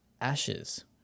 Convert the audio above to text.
Ashes